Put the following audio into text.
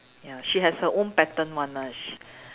ya she has her own pattern one ah